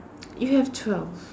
you have twelve